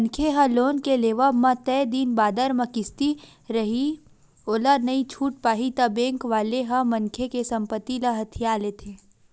मनखे ह लोन के लेवब म तय दिन बादर म किस्ती रइही ओला नइ छूट पाही ता बेंक वाले ह मनखे के संपत्ति ल हथिया लेथे